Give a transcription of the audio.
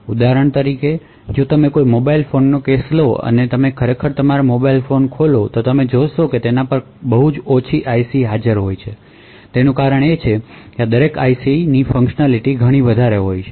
તેથી ઉદાહરણ તરીકે જો તમે કોઈ મોબાઈલ ફોનનો કેસ લો અને તમે ખરેખર તમારો મોબાઇલ ફોન ખોલો તો તમે જોશો કે તેના પર બહુ ઓછા આઈસી હાજર છે અને તેનું કારણ એ છે કે આ દરેક આઇસીની ફંકશનાલિટી ઘણી વધારે છે